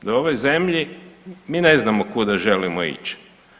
Da u ovoj zemlji mi ne znamo kuda želimo ići.